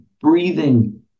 breathing